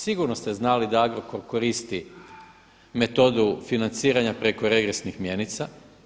Sigurno ste znali da Agrokor koristi metodu financiranja preko regresnih mjenica.